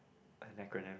an acronym